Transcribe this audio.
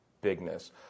bigness